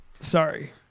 Sorry